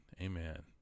Amen